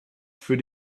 für